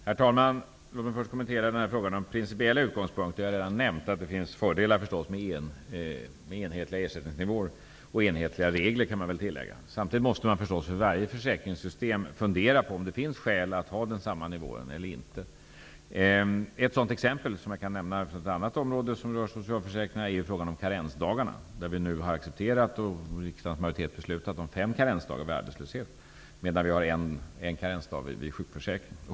Herr talman! Först vill jag kommentera detta med principiella utgångspunkter. Jag har redan nämnt att det förstås finns fördelar med att ha enhetliga ersättningsnivåer och -- det kan väl tilläggas -- enhetliga regler. Samtidigt måste man, naturligtvis, beträffande varje försäkringssystem fundera över om det finns skäl att ha samma nivå eller inte. Ett exempel från ett annat område som jag kan nämna och som rör socialförsäkringarna är frågan om karensdagarna. På den punkten har vi nu accepterat -- och en majoritet i rikdagen har beslutat om detta -- fem karensdagar vid arbetslöshet, medan vi har en karensdag när det gäller sjukförsäkringen.